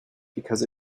because